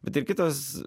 bet ir kitas